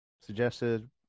suggested